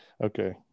Okay